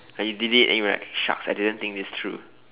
like you did it and you were like shucks I didn't think this through